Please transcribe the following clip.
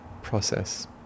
process